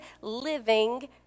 living